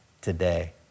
today